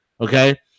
okay